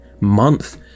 month